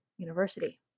University